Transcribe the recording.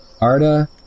Arda